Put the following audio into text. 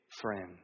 friend